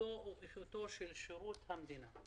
מקצועיותו וחיוניותו של שירות המדינה.